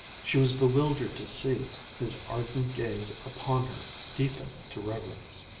she was bewildered to see his ardent gaze upon her deepen to reverence.